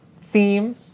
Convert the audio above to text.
theme